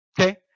okay